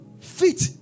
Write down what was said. fit